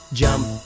jump